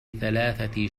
ثلاثة